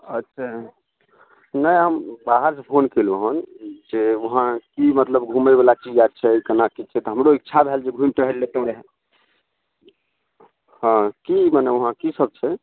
अच्छा नहि हम बाहरसँ फोन कयलहुँ हँ जे उहाँ की मतलब घुमै बला चीज आर छै कि केना छै तऽ हमरो इच्छा भेल घुमि टहैल लितहुँ रहऽ हाँ कि मने उहाँ की सभ छै